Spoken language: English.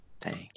Thank